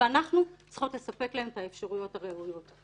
ואנחנו צריכות לספק להן את האפשרויות הראויות.